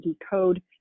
decode